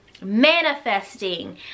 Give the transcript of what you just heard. manifesting